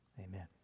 Amen